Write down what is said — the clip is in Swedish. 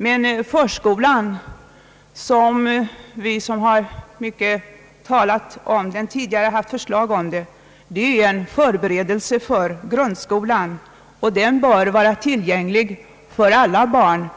Men förskolan är ju, såsom framhållits i vårt förslag, en förberedelse för grundskolan och bör vara tillgänglig för alla barn,